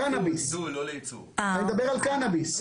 אני מדבר על קנאביס.